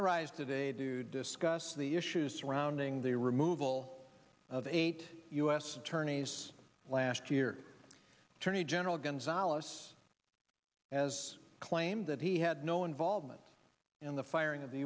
i rise today do discuss the issues surrounding the removal of eight u s attorneys last year turney general gonzales has claimed that he had no involvement in the firing of the